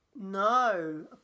No